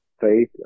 faith